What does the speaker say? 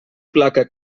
placa